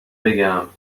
بگم